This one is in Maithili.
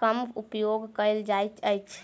कम उपयोग कयल जाइत अछि